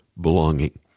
belonging